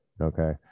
okay